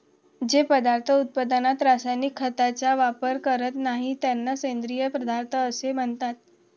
जे पदार्थ उत्पादनात रासायनिक खतांचा वापर करीत नाहीत, त्यांना सेंद्रिय पदार्थ असे म्हणतात